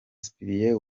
cyprien